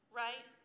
right